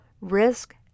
risk